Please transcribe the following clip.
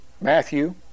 Matthew